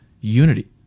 unity